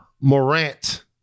Morant